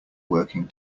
working